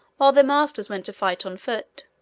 while their masters went to fight on foot.